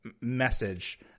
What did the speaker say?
message